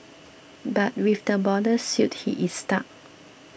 but with the borders sealed he is stuck